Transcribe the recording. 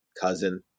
cousin